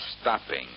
stopping